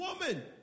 woman